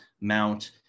Mount